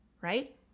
right